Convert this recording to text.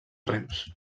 rems